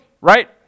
right